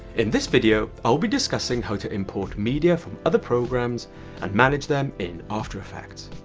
in this video i'll be discussing how to import media from other programs and manage them in after effects.